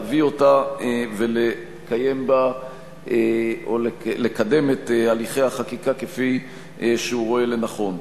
להביא אותה ולקדם את הליכי החקיקה כפי שהוא רואה לנכון.